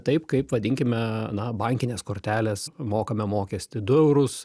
taip kaip vadinkime na bankinės kortelės mokame mokestį du eurus